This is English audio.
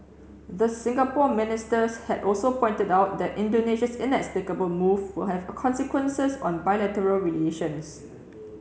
the Singapore ministers had also pointed out that Indonesia's inexplicable move will have consequences on bilateral relations